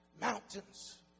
mountains